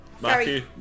Matthew